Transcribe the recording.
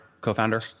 co-founder